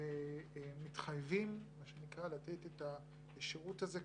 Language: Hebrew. ומתחייבים לתת את השירות הזה.